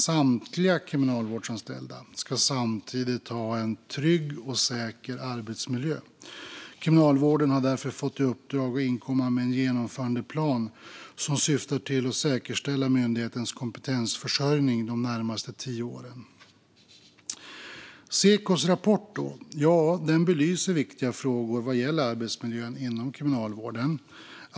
Samtliga kriminalvårdsanställda ska samtidigt ha en trygg och säker arbetsmiljö. Kriminalvården har därför fått i uppdrag att inkomma med en genomförandeplan som syftar till att säkerställa myndighetens kompetensförsörjning de närmaste tio åren. Sekos rapport belyser viktiga frågor vad gäller arbetsmiljön inom Kriminalvården.